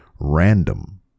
random